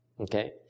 Okay